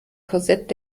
korsett